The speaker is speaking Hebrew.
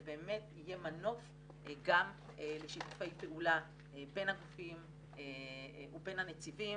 זה באמת יהיה מנוף גם לשיתופי פעולה בין הגופים ובין הנציבים